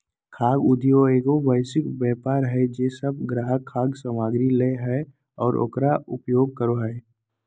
खाद्य उद्योगएगो वैश्विक व्यापार हइ जे सब ग्राहक खाद्य सामग्री लय हइ और उकर उपभोग करे हइ